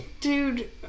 Dude